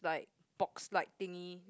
like box like thingy